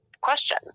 question